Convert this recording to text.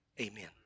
Amen